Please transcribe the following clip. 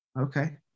okay